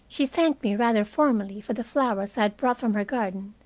she thanked me rather formally for the flowers i had brought from her garden,